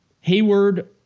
Hayward